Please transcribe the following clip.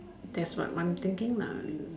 that's what I'm thinking lah